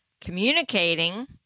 communicating